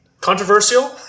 Controversial